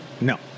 No